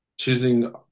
choosing